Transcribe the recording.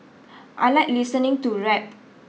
I like listening to rap